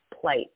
plight